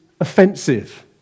offensive